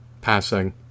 passing